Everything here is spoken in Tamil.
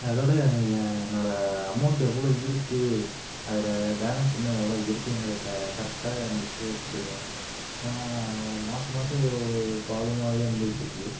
அதோடு என் என்னோடய அமௌண்டு எவ்வளோ இருக்குது அதில் பேலன்ஸ் இன்னும் எவ்வளோ இருக்குங்கிறத கரெக்டாக எனக்கு தெரியப்படுத்திடுங்க ஏன்னால் மாதம் மாதம் இது ஒரு ப்ராப்ளமாகவே வந்துகிட்டிருக்கு